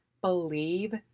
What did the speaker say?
believe